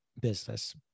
business